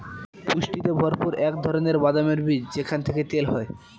পুষ্টিতে ভরপুর এক ধরনের বাদামের বীজ যেখান থেকে তেল হয়